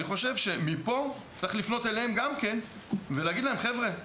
אני חושב שמפה צריך לפנות אליהם גם כן ולהגיד להם: "חבר'ה,...".